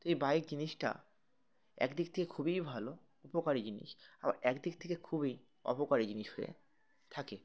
তো এই বাইক জিনিসটা একদিক থেকে খুবই ভালো উপকারী জিনিস আবার একদিক থেকে খুবই অপকারী জিনিস হয়ে থাকে